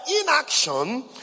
inaction